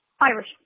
Irish